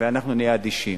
ולהיות אדישים.